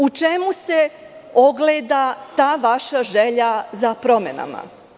U čemu se ogleda ta vaša želja za promenama?